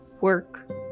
work